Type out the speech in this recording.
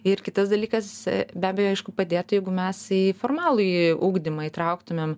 ir kitas dalykas be abejo aišku padėtų jeigu mes į formalųjį ugdymą įtrauktumėm